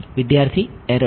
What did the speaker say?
વિદ્યાર્થી એરર